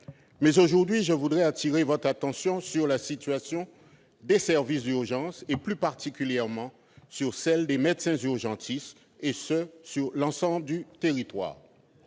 mais, aujourd'hui, je voudrais attirer votre attention sur la situation des services d'urgence et, plus particulièrement, sur celle des médecins urgentistes, et ce sur l'ensemble du territoire.